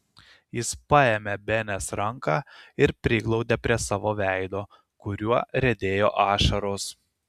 jis paėmė benės ranką ir priglaudė prie savo veido kuriuo riedėjo ašaros